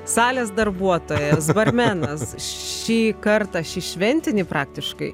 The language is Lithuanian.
salės darbuotojas barmenas šį kartą šį šventinį praktiškai